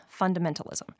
fundamentalism